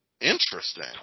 Interesting